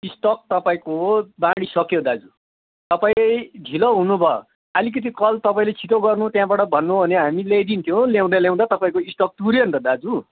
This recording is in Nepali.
स्टक तपाईँको बाँडिसक्यो दाजु तपाईँ ढिलो हुनुभयो अलिकति कल तपाईँले छिटो गर्नु त्यहाँबाट भन्नुभयो भने हामी ल्याइदिन्थ्यो ल्याउँदा ल्याउँदा तपाईँको स्टक तुरियो नि त दाजु